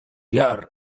jar